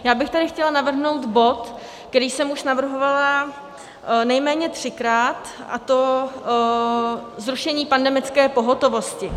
Já bych tady chtěla navrhnout bod, který jsem už navrhovala nejméně třikrát, a to zrušení pandemické pohotovosti.